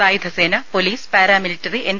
സായുധ സേന police paramilitary N